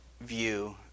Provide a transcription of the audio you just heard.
view